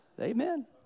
Amen